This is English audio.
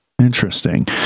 interesting